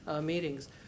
meetings